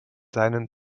seinen